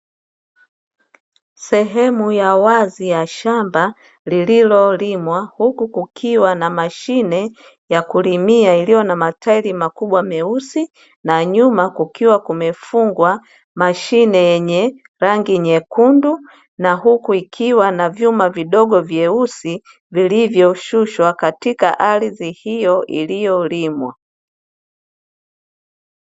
Sehemu ya shamba lililolimwa huku kukiwa na mashine ya kulimia iliyo na matairi makubwa meusi, na nyuma kukiwa kumefungwa mashine yenye rangi nyekundu, na huku ikiwa na vyuma vidogo vyeusi vilivyoshushwa katika ardhi hiyo iliyolimwa.